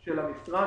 של המשרד,